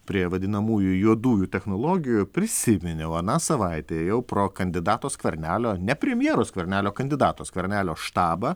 prie vadinamųjų juodųjų technologijų prisiminiau aną savaitę ėjau pro kandidato skvernelio ne premjero skvernelio kandidato skvernelio štabą